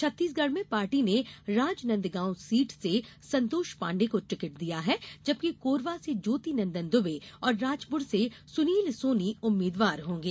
छत्तीसगढ़ में पार्टी ने राजनंदगांव सीट से संतोष पांडेय को टिकट दिया है जबकि कोरबा से ज्योति नंदन दुबे और राजपुर से सुनील सोनी उम्मीदवार होंगे